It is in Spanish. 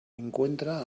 encuentra